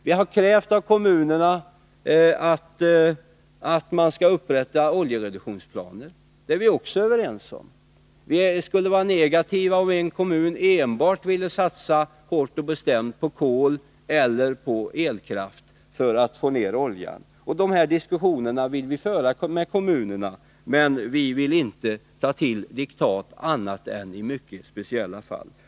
Vi har krävt av kommunerna att upprätta oljereduktionsplaner. Det är vi också överens om. Vi skulle vara negativa om en kommun enbart skulle vilja satsa hårt och bestämt på kol eller på elkraft för att få ner oljeanvändningen. De här diskussionerna vill vi föra med kommunerna, och vi vill inte ta till diktat annat än i mycket speciella fall.